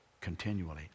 continually